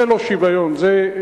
זה לא שוויון, זה,